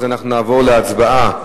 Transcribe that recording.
אז אנחנו נעבור להצבעה.